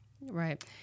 Right